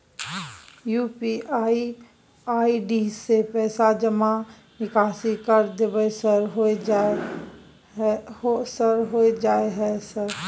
UPI ID से पैसा जमा निकासी कर देबै सर होय जाय है सर?